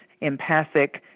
empathic